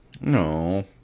No